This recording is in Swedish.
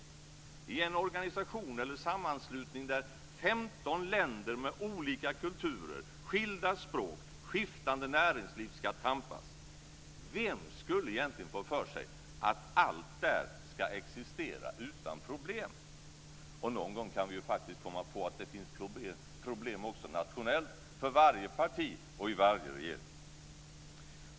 Vem skulle egentligen få för sig att allt ska existera utan problem i en organisation eller sammanslutning där 15 länder med olika kulturer, skilda språk och skiftande näringsliv ska tampas? Någon gång kan vi ju faktiskt komma på att det finns problem också nationellt för varje parti och i varje regering.